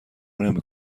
نمی